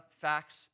facts